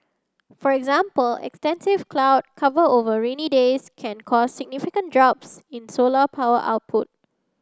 for example extensive cloud cover over rainy days can cause significant drops in solar power output